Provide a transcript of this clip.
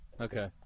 Okay